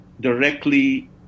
directly